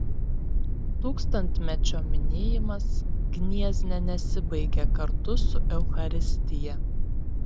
tūkstantmečio minėjimas gniezne nesibaigė kartu su eucharistija